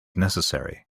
necessary